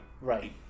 right